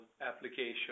application